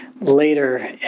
later